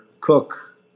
cook